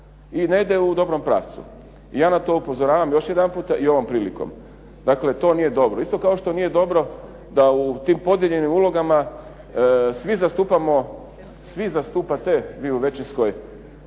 i ne ide u dobrom pravcu. I ja na to upozoravam još jedanputa i ovom prilikom, dakle, to nije dobro. Isto kao što nije dobro da u tim podijeljenim ulogama svi zastupamo, svi zastupate,